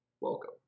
welcome